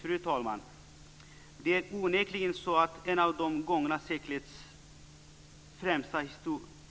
Fru talman! Det är onekligen så att en av gångna seklets